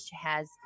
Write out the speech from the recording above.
has-